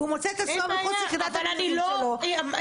והוא מוצא את עצמו מחוץ ליחידת המילואים שלו --- אין בעיה,